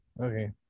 okay